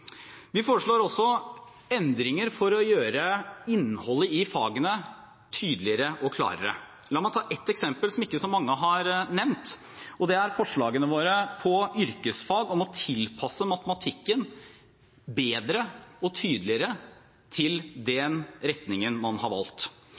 Vi foreslår også endringer for å gjøre innholdet i fagene tydeligere og klarere. La meg ta ett eksempel, som ikke så mange har nevnt, og det er forslagene våre når det gjelder yrkesfag, om å tilpasse matematikken bedre og tydeligere til den